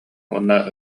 уонна